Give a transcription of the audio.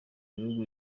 bihugu